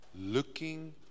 Looking